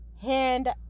hand